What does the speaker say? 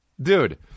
Dude